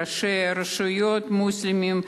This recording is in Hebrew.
ראשי הרשויות המוסלמים,